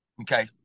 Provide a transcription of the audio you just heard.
Okay